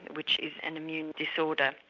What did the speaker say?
which is an immune disorder.